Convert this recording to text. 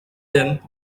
them